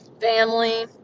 family